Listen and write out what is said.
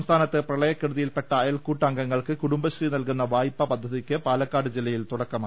സംസ്ഥാനത്ത് പ്രളയക്കെടുതിയിൽപ്പെട്ടഅയൽക്കൂട്ട അംഗങ്ങൾക്ക് കുടുംബശ്രീ നൽകുന്ന വായ്പാ പദ്ധതിയ്ക്ക് പാലക്കാട് ജില്ലയിൽ തുടക്കമായി